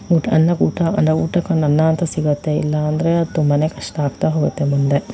ಅನ್ನಕ್ಕೆ ಊಟ ಅಲ್ಲ ಊಟಕ್ಕೊಂದು ಅನ್ನ ಅಂತ ಸಿಗತ್ತೆ ಇಲ್ಲ ಅಂದರೆ ಅದು ತುಂಬಾನೇ ಕಷ್ಟ ಆಗ್ತಾ ಹೋಗುತ್ತೆ ಮುಂದೆ